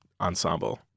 ensemble